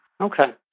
Okay